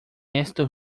estos